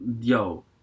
Yo